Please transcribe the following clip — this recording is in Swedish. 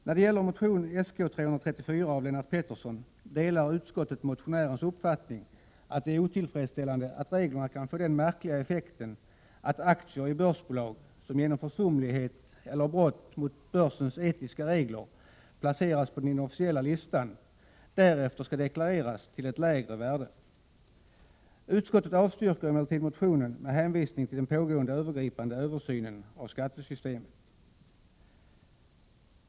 När det gäller motion Sk334 av Lennart Pettersson delar utskottet motionärens uppfattning att det är otillfredsställande att reglerna kan få den märkliga effekten att aktier i börsbolag, som genom försumlighet eller brott mot börsens etiska regler placeras på den inofficiella listan, därefter skall deklareras till ett lägre värde. Utskottet avstyrker emellertid motionen med hänvisning till den pågående övergripande översynen av skattesystemet.